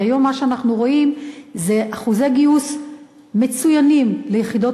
כי היום מה שאנחנו רואים זה אחוזי גיוסי מצוינים ליחידות